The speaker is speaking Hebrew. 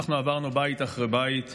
אנחנו עברנו בית אחרי בית.